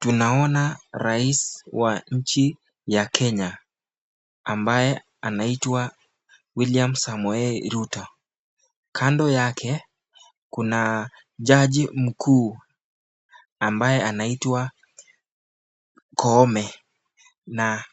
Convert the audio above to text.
Tunaona rais wa nchi ya Kenya ambaye anaitwa William Samoei Ruto. Kando yake kuna jaji mkuu ambaye anaitwa Koome na